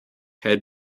had